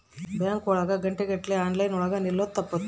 bank ಒಳಗ ಗಂಟೆ ಗಟ್ಲೆ ಲೈನ್ ಒಳಗ ನಿಲ್ಲದು ತಪ್ಪುತ್ತೆ